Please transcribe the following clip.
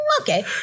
okay